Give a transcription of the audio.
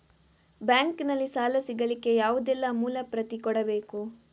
Bank ನಲ್ಲಿ ಸಾಲ ಸಿಗಲಿಕ್ಕೆ ಯಾವುದೆಲ್ಲ ಮೂಲ ಪ್ರತಿ ಕೊಡಬೇಕು?